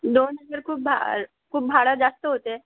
दोन हजार खूप भा खूप भाडं जास्त होते